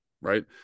right